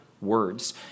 words